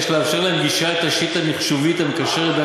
יש לאפשר להם גישה לתשתית המחשוב המקשרת בין